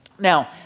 Now